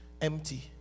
empty